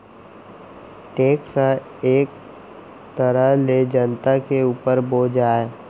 tax ह एक तरह ले जनता के उपर बोझ आय